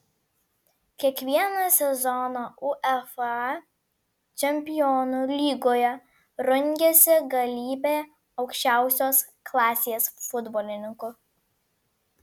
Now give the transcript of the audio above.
kiekvieną sezoną uefa čempionų lygoje rungiasi galybė aukščiausios klasės futbolininkų